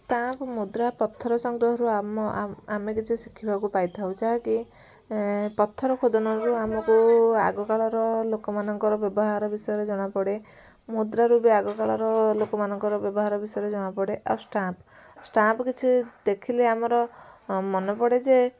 stamp ମୁଦ୍ରା ପଥର ସଂଗ୍ରହରୁ ଆମ ଆମେ କିଛି ଶିଖିବାକୁ ପାଇଥାଉ ଯାହାକି ପଥର ଖୋଦନରୁ ଆମୁକୁ ଆଗକାଳର ଲୋକମାନଙ୍କର ବ୍ୟବହାର ବିଷୟରେ ଜଣାପଡ଼େ ମୁଦ୍ରାରୁ ବି ଆଗକାଳର ଲୋକମାନଙ୍କର ବ୍ୟବହାର ବିଷୟରେ ଜଣାପଡ଼େ ଆଉ ଷ୍ଟାମ୍ପ ଷ୍ଟାମ୍ପ କିଛି ଦେଖିଲେ ଆମର ମନେପଡ଼େ ଯେ